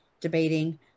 debating